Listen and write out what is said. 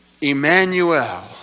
Emmanuel